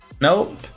Nope